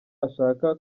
ashaka